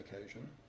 occasion